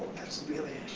that's really,